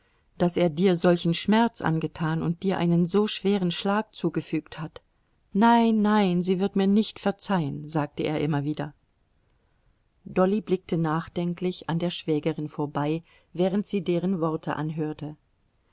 daß er dir solchen schmerz angetan und dir einen so schweren schlag zugefügt hat nein nein sie wird mir nicht verzeihen sagte er immer wieder dolly blickte nachdenklich an der schwägerin vorbei während sie deren worte anhörte